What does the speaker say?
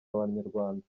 abanyarwanda